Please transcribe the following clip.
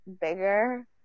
bigger